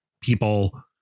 people